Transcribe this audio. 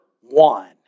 one